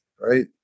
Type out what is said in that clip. right